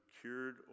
cured